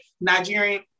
nigerian